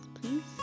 please